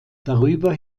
darüber